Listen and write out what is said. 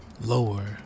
lower